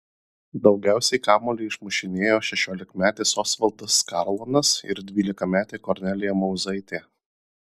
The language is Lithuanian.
daugiausiai kamuolį išmušinėjo šešiolikmetis osvaldas karlonas ir dvylikametė kornelija mauzaitė